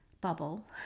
bubble